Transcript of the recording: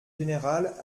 général